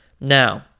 Now